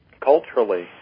Culturally